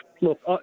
look